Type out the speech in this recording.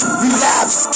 relapse